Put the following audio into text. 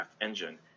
engine